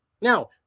Now